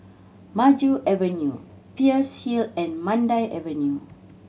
Maju Avenue Peirce Hill and Mandai Avenue